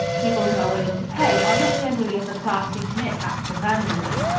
people who are willing to pay are not generally of the class who commit acts of vandalism.